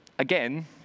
Again